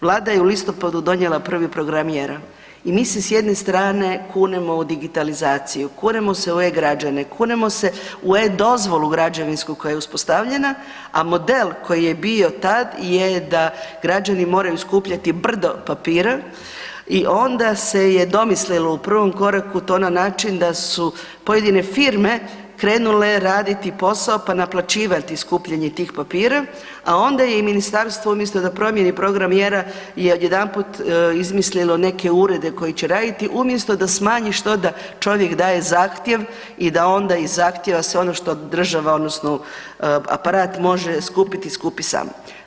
Vlada je u listopadu donijela prvi Program mjera i mi se s jedne strane kunemo u digitalizaciju, kunemo se u e građane, kunemo se u e dozvolu građevinsku, koja je uspostavljenja, a model koji je bio tad je da građani moraju skupljati brdo papira i onda se je domislilo u prvom koraku to na način da su pojedine firme krenule raditi posao pa napla ivati skupljanje tih papira, a onda je i Ministarstvo, umjesto da promijeni program mjera je odjedanput izmislilo neke urede koji će raditi, umjesto da smanji što da čovjek daje zahtjev i da onda iz zahtjeva se ono što država, odnosno aparat može skupiti, skupi sam.